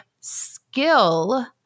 skill